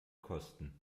kosten